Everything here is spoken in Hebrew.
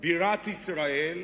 בירת ישראל,